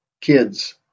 kids